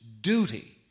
duty